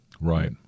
Right